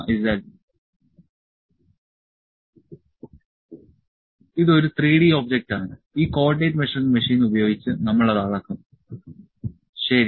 ഇത് ഒരു 3D ഒബ്ജക്റ്റാണ് ഈ കോർഡിനേറ്റ് മെഷറിംഗ് മെഷീൻ ഉപയോഗിച്ച് നമ്മൾ അത് അളക്കും ശരി